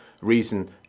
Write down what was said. reason